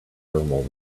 thermal